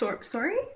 Sorry